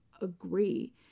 agree